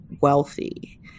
wealthy